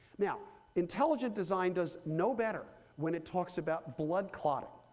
now intelligent design does no better when it talks about blood clotting.